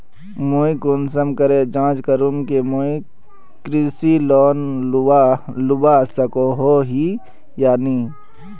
मुई कुंसम करे जाँच करूम की मुई कृषि लोन लुबा सकोहो ही या नी?